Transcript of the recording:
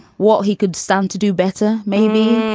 what he could stand to do better? maybe.